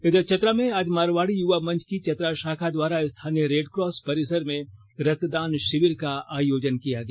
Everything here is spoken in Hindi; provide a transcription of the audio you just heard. इधर चतरा में आज मारवाड़ी युवा मंच की चतरा शाखा द्वारा स्थानीय रेड क्रॉस परिसर में रक्तदान शिविर का आयोजन किया गया